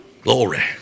Glory